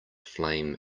flame